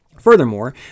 Furthermore